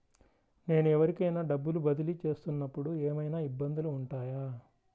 నేను ఎవరికైనా డబ్బులు బదిలీ చేస్తునపుడు ఏమయినా ఇబ్బందులు వుంటాయా?